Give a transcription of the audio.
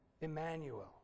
Emmanuel